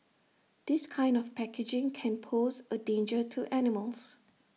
this kind of packaging can pose A danger to animals